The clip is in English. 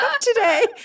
today